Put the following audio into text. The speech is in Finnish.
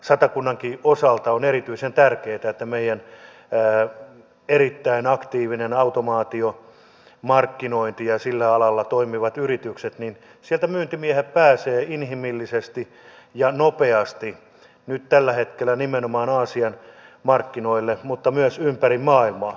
satakunnankin osalta on erityisen tärkeätä että kun meillä on erittäin aktiivinen automaatiomarkkinointi ja sillä alalla toimivat yritykset niin sieltä myyntimiehet pääsevät inhimillisesti ja nopeasti nyt tällä hetkellä nimenomaan aasian markkinoille mutta myös ympäri maailmaa